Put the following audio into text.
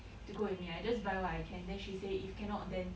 to go with me I just buy what I can then she say if cannot then